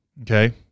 okay